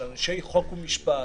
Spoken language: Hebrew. של אנשי חוק ומשפט,